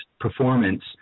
performance